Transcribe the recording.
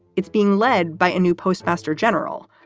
it's being led by a new postmaster general,